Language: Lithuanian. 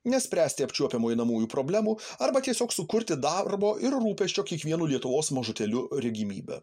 nespręsti apčiuopiamų einamųjų problemų arba tiesiog sukurti darbo ir rūpesčio kiekvienu lietuvos mažutėliu regimybę